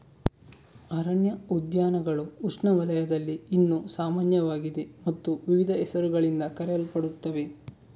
ಅರಣ್ಯ ಉದ್ಯಾನಗಳು ಉಷ್ಣವಲಯದಲ್ಲಿ ಇನ್ನೂ ಸಾಮಾನ್ಯವಾಗಿದೆ ಮತ್ತು ವಿವಿಧ ಹೆಸರುಗಳಿಂದ ಕರೆಯಲ್ಪಡುತ್ತವೆ